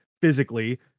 physically